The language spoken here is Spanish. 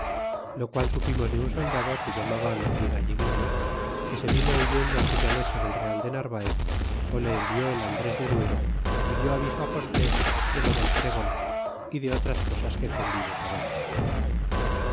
lo qual supimos de un soldado que llamaban el galleguillo que se vino huyendo aquella noche del real de narvaez ó le envió el andres de duero y dió aviso á cortés de lo del pregon y de otras cosas que convino saber